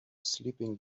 sleeping